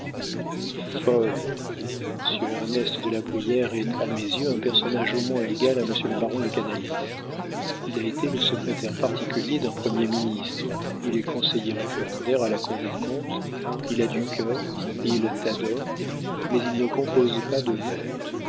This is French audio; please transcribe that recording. folle monsieur ernest de la brière est à mes yeux un personnage au moins égal à monsieur le baron de canalis il a été le secrétaire particulier d'un premier ministre il est conseiller référendaire à la cour des comptes il a du cœur il t'adore mais il ne compose pas de vers